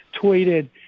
tweeted